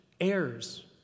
heirs